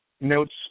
notes